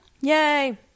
Yay